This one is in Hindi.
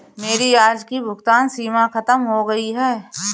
मेरी आज की भुगतान सीमा खत्म हो गई है